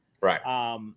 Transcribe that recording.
Right